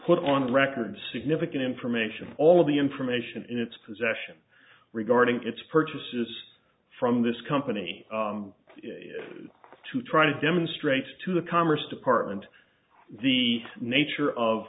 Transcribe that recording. put on record significant information all of the information in its possession regarding its purchases from this company to try to demonstrate to the commerce department the nature of